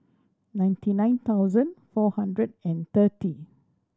ninety nine thousand four hundred and thirty